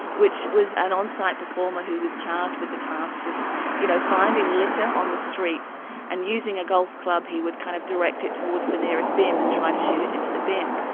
which was an on-site performer who was charged with the task of you know finding litter on the streets and, using a golf club, he would kind of direct it towards the nearest bin and try to shoot it into the bin.